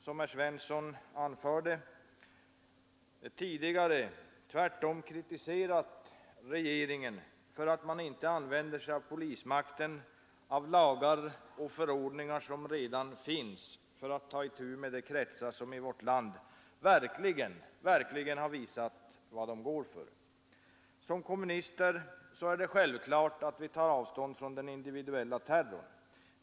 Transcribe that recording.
Som herr Svensson i Malmö anförde har vi tidigare tvärtom kritiserat regeringen för att den inte använder sig av polismakten och av de lagar och förordningar som redan finns för att ta itu med de kretsar som i vårt land verkligen har visat vad de går för. Som kommunister tar vi självklart avstånd från den individuella terrorn.